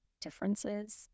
differences